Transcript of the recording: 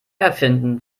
erfinden